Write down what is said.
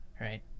right